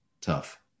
tough